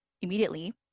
immediately